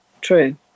true